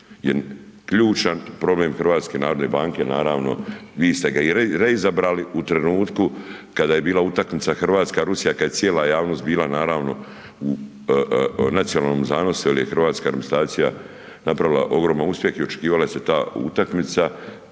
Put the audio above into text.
je ključan problem HNB-a, naravno, vi ste ga i reizabrali u trenutku kada je bila utakmica Hrvatska-Rusija, kad je cijela javnost bila, naravno, u nacionalnom zanosu jer je hrvatska reprezentacija napravila ogroman uspjeh i očekivala se ta utakmica,